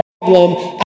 problem